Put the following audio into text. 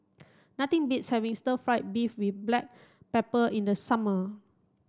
nothing beats having stir fried beef with black pepper in the summer